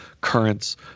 currents